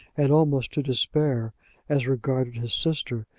and almost to despair as regarded his sister,